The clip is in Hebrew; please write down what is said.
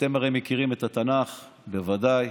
אתם הרי מכירים את התנ"ך בוודאי.